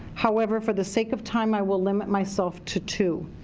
however, for the sake of time i will limit myself to two.